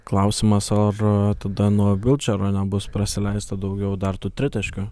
klausimas ar tada nuo vilčero nebus prasileista daugiau dar tų tritaškių